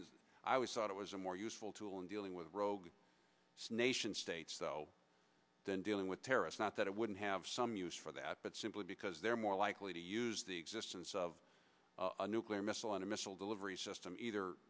and i always thought it was a more useful tool in dealing with rogue nation states though than dealing with terrorists not that it wouldn't have some use for that but simply because they're more likely to use the existence of a nuclear missile on a missile delivery system either